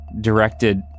directed